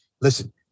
listen